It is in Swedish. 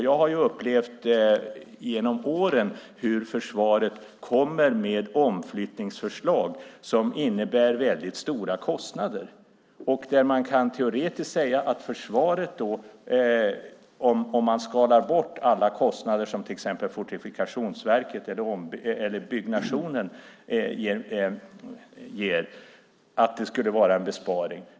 Jag har genom åren upplevt hur försvaret kommer med omflyttningsförslag som innebär väldigt stora kostnader, där man teoretiskt kan säga att det skulle ge en besparing om man skalar bort alla kostnader som till exempel Fortifikationsverket eller byggnationen.